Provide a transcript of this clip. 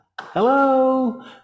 Hello